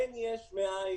אין יש מאין.